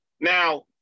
Now